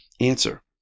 Answer